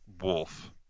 wolf